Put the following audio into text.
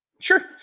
Sure